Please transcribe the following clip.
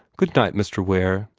good-night, mr. ware.